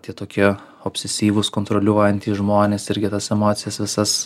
tai tokie obsisyvūs kontroliuojantys žmonės irgi tas emocijas visas